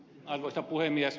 arvoisa puhemies